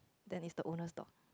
then it's the owner's dog